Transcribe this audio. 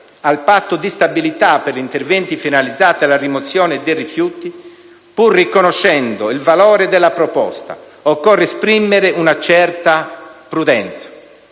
al patto di stabilità per gli interventi finalizzati alla rimozione dei rifiuti, pur riconoscendo il valore della proposta, occorre esprimere una certa prudenza,